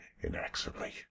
inexorably